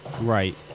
Right